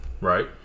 Right